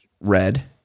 red